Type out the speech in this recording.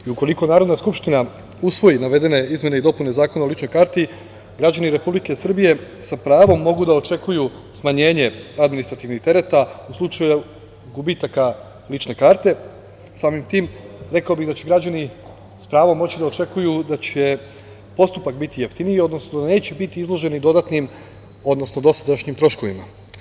Narodna skupština ukoliko usvoji navedene izmene i dopune Zakona o ličnoj karti, građani Republike Srbije sa pravom mogu da očekuju smanjenje administrativnih tereta u slučaju gubitaka lične karte, samim tim, rekao bih da će građani s pravom moći da očekuju da će postupak biti jeftiniji, odnosno da neće biti izložen dodatnim, odnosno dosadašnjim troškovima.